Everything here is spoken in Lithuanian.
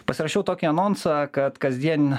pasirašiau tokį anonsą kad kasdien